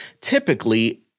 typically